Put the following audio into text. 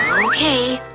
okay,